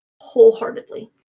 wholeheartedly